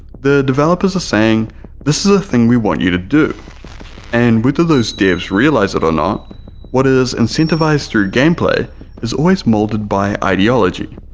the developers are saying this is a thing we want you to do and with of those devs realize it or not what is incentivized through game play is always molded by ideology.